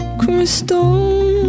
crystal